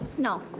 no.